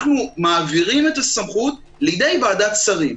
אנחנו מעבירים את הסמכות לידי ועדת שרים.